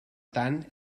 tant